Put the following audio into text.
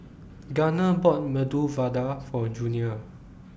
Gunner bought Medu Vada For Junior